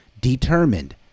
determined